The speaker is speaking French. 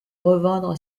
revendre